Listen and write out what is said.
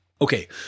Okay